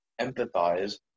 empathize